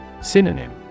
Synonym